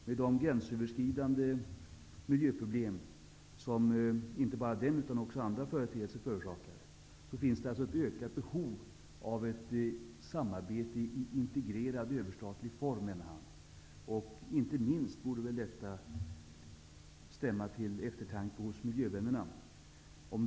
Med de gränsöverskridande miljöproblem som inte bara den, utan också andra företeelser, förorsakade finns det alltså ett ökat behov av ett samarbete i integrerad överstatlig form menar han. Detta borde väl inte minst stämma till eftertanke hos miljövännerna.